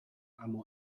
اما